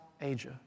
Asia